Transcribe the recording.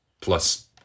plus